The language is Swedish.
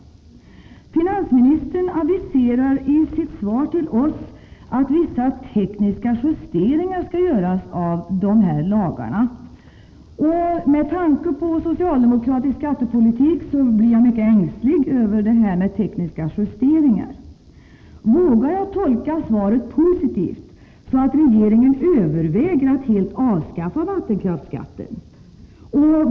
Finansministern aviserar i sitt svar till oss att en viss teknisk justering skall göras av den här aktuella lagen. Med tanke på socialdemokratisk skattepolitik blir jag mycket ängslig för vad denna ”tekniska justering” kan innebära. Vågar jag tolka svaret positivt, dvs. så, att regeringen överväger att helt avskaffa vattenkraftsskatten?